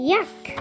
Yuck